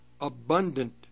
abundant